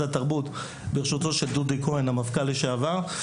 התרבות בראשותו של דודי כהן המפכ"ל לשעבר.